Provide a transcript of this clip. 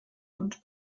und